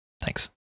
Thanks